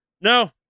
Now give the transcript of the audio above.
No